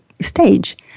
stage